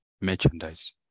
merchandise